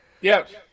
Yes